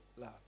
love